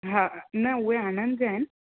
हा न उहे आणंद जा आहिनि